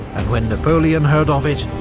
when napoleon heard of it,